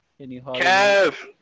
kev